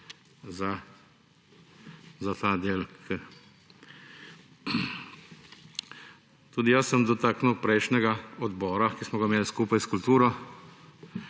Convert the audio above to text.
za ta del. Tudi jaz se bom dotaknil prejšnjega odbora, ki smo ga imeli skupaj s kulturo,